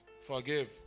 Forgive